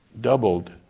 doubled